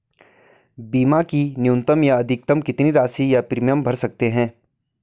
बीमा की न्यूनतम या अधिकतम कितनी राशि या प्रीमियम भर सकते हैं?